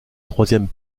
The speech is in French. troisième